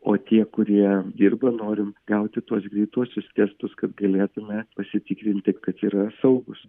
o tie kurie dirba norim gauti tuos greituosius testus kad galėtume pasitikrinti kad yra saugūs